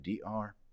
dr